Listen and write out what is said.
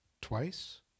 twice